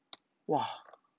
!wah!